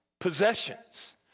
possessions